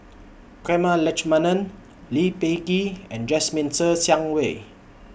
Prema Letchumanan Lee Peh Gee and Jasmine Ser Xiang Wei